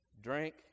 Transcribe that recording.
drink